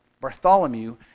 Bartholomew